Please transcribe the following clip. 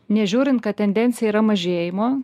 nežiūrint kad tendencija yra mažėjimo